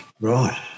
Right